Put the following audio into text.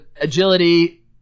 agility